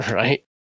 right